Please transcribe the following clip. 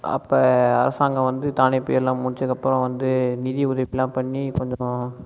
அப்போ அரசாங்கம் வந்து தானே புயலெலாம் முடிஞ்சதுக்கப்புறம் வந்து நிதி உதவிகளெலாம் பண்ணி கொஞ்சம்